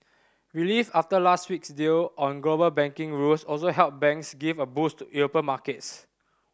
relief after last week's deal on global banking rules also helped banks give a boost to European markets